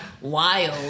Wild